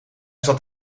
zat